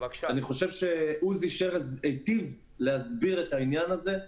אני חושב שעוזי שר היטיב להסביר את העניין הזה.